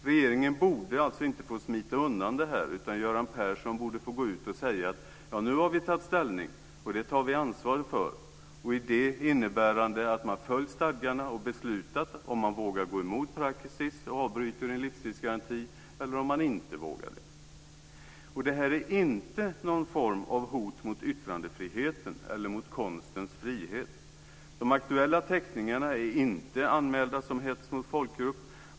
Regeringen borde alltså inte få smita undan det här. Göran Persson borde få gå ut och säga att man nu har tagit ställning och tar ansvar för det, innebärande att man har följt stadgarna och beslutat om man vågar gå emot praxis och avbryta en livstidsgaranti eller om man inte vågar. Det här är inte någon form av hot mot yttrandefriheten eller mot konstens frihet. De aktuella teckningarna är inte anmälda som hets mot folkgrupp.